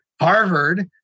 Harvard